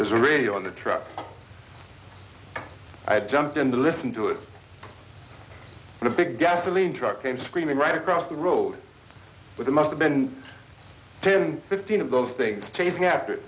radio on the truck i jumped in to listen to it and a big gasoline truck came screaming right across the road with a must have been ten fifteen of those things chasing after